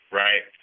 right